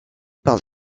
par